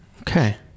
okay